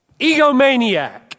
egomaniac